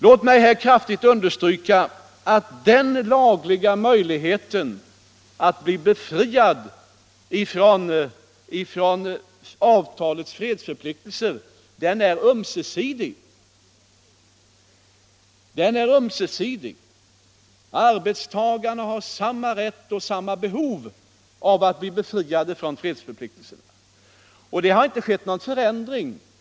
Låt mig kraftigt understryka att den lagliga möjligheten att bli befriad från avtalets fredsförpliktelse är ömsesidig. Arbetstagarna har samma rätt och samma behov av att bli befriade från fredsförpliktelsen. Det har inte skett någon förändring på den punkten.